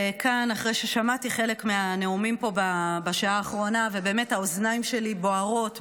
אחרי ששמעתי חלק מהנאומים פה בשעה האחרונה ובאמת האוזניים שלי בוערות.